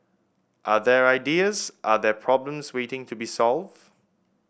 are there ideas are there problems waiting to be solved